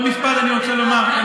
עוד משפט אני רוצה לומר.